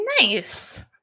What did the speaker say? Nice